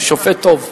שופט טוב.